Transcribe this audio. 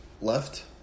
left